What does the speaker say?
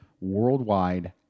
worldwide